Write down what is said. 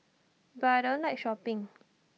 but I don't like shopping